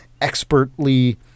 expertly